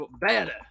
better